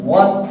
one